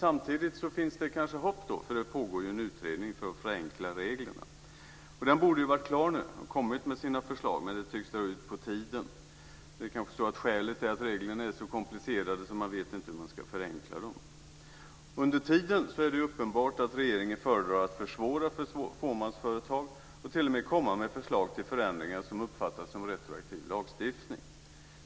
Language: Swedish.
Samtidigt finns det kanske hopp, eftersom det pågår en utredning om att förenkla reglerna. Den borde ha varit klar nu och kommit med sina förslag. Men det tycks dra ut på tiden. Skälet är kanske att reglerna är så komplicerade att man inte vet hur man ska förenkla dem. Under tiden är det uppenbart att regeringen föredrar att försvåra för fåmansföretag. Den kommer t.o.m. med förslag till förändringar som uppfattas som retroaktiv lagstiftning.